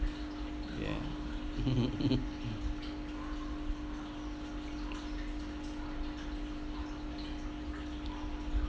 ya